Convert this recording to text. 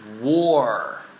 war